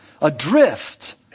adrift